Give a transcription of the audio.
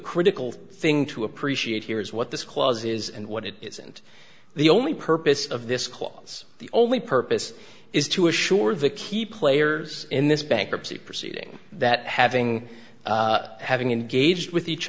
critical thing to appreciate here is what this clause is and what it isn't the only purpose of this clause the only purpose is to assure the key players in this bankruptcy proceeding that having having an gaged with each